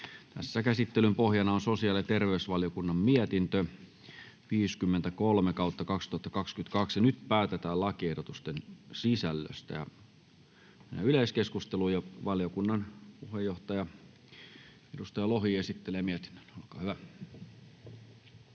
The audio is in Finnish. asia. Käsittelyn pohjana on sosiaali- ja terveysvaliokunnan mietintö StVM 53/2022 vp. Nyt päätetään lakiehdotusten sisällöstä. — Mennään yleiskeskusteluun, ja valiokunnan puheenjohtaja, edustaja Lohi esittelee mietinnön. Olkaa hyvä.